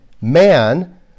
man